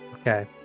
Okay